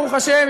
ברוך השם,